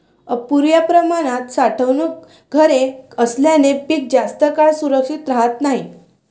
अपुर्या प्रमाणात साठवणूक घरे असल्याने पीक जास्त काळ सुरक्षित राहत नाही